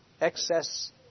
Excess